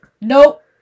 Nope